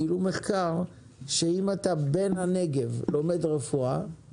גילו מחקר שאם אתה בן הנגב לומד רפואה,